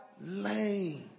lane